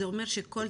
זה אומר שכל